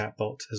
chatbot